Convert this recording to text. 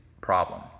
problem